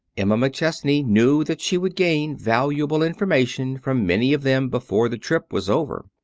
emma mcchesney knew that she would gain valuable information from many of them before the trip was over.